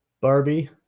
Barbie